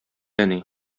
әни